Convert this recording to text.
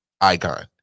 Icon